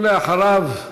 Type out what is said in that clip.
ולאחריו,